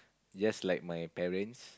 just like my parents